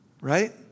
right